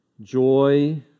joy